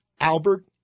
Albert